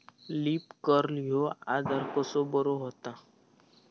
Leaf curl ह्यो आजार कसो बरो व्हता?